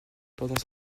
pendant